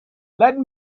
let